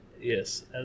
Yes